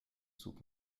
zug